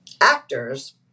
actors